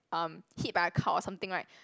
um hit by a car or something right